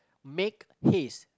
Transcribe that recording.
make his